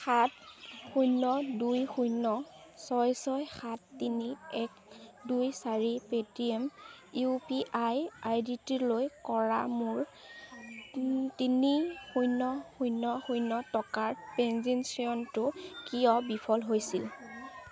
সাত শূন্য দুই শূন্য ছয় ছয় সাত তিনি এক দুই চাৰি Paytm U P I I D টিলৈ কৰা মোৰ তিনি শূন্য শূন্য শূন্য টকাৰ ট্ৰেঞ্জেক্শ্য়নটো কিয় বিফল হৈছিল